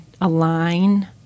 align